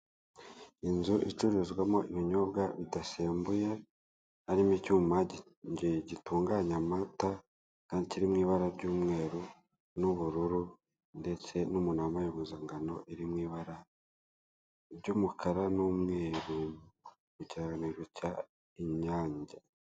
Inzu icuruzwamo ibinyobwa bidasembuye harimo icyuma gitunganya amata kandi kiri mu ibara ry'umweru n'ubururu ndetse n'umuntu wambaye impuzangano iri mu ibara ry'umukara n'umweru ikirangantego cya Inayange.